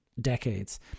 decades